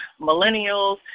millennials